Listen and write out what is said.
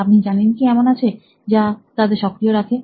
আপনি জানেন কি এমন আছে যা তাদের সক্রিয় রাখে